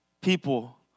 people